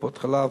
טיפות-חלב